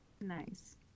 Nice